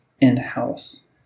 in-house